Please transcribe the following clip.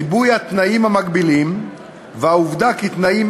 ריבוי התנאים המגבילים והעובדה שתנאים